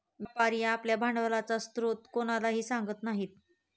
व्यापारी आपल्या भांडवलाचा स्रोत कधीच कोणालाही सांगत नाही